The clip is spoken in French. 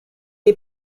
est